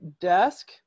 desk